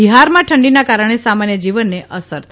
બિહારમાં ઠંડીના કારણે સામાન્ય જીવનને અસર થઇ હતી